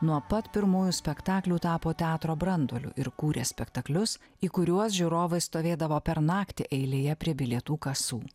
nuo pat pirmųjų spektaklių tapo teatro branduoliu ir kūrė spektaklius į kuriuos žiūrovai stovėdavo per naktį eilėje prie bilietų kasų